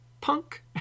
punk